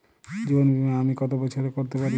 জীবন বীমা আমি কতো বছরের করতে পারি?